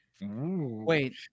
Wait